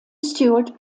stewart